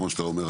כמו שאתה אומר,